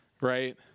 Right